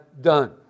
done